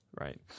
right